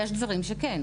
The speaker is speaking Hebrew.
יש דברים שכן.